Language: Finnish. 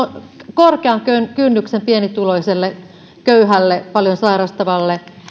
korkean kynnyksen pienituloiselle köyhälle paljon sairastavalle